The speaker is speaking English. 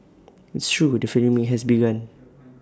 it's true the flaming has begun